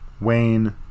Wayne